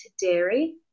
dairy